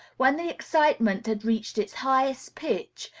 when the excitement had reached its highest pitch,